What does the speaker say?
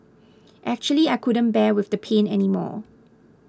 actually I couldn't bear with the pain anymore